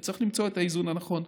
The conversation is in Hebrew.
וצריך למצוא את האיזון הנכון.